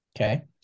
Okay